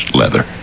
leather